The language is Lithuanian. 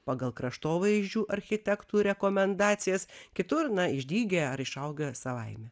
pagal kraštovaizdžių architektų rekomendacijas kitur na išdygę ar išaugę savaime